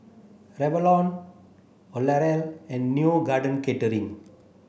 Revlon L'Oreal and Neo Garden Catering